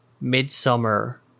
midsummer